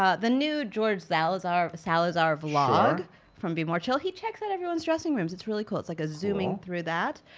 ah the new george salazar salazar vlog from be more chill. he checks out everyone's dressing rooms. it's really cool. it's like a zooming through that.